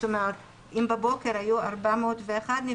זאת אומרת שאם בבוקר היו 401 נפטרים,